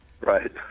right